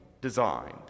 designed